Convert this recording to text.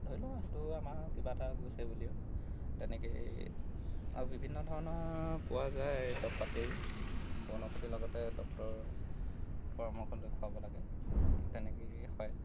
ধৰি লওঁ আৰু সেইটো আমাৰ কিবা এটা গৈছে বুলি তেনেকেই আৰু বিভিন্ন ধৰণৰ পোৱা যায় দৰৱ পাতি বনৌষধিৰ লগতে ডক্তৰৰ পৰামৰ্শ লৈ খুৱাব লাগে তেনেকেই হয়